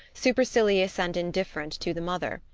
supercilious and indifferent to the mother,